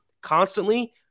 constantly